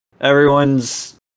everyone's